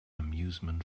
amusement